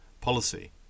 policy